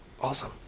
Awesome